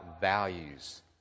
values